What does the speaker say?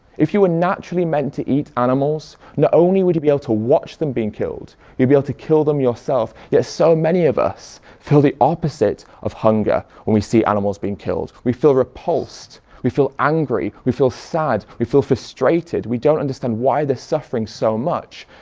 if you were naturally meant to eat animals not only would you be able to watch them being killed you'd be able to kill them yourself yet so many of us feel the opposite of hunger when we see animals being killed. we feel repulsed, we feel angry, we feel sad, we feel frustrated, we don't understand why they're suffering so much.